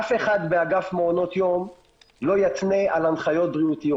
אף אחד באגף מעונות יום לא יתנה על הנחיות בריאותיות.